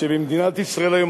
שבמדינת ישראל היום,